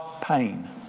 pain